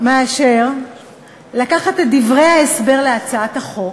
מאשר לקחת את דברי ההסבר של הצעת החוק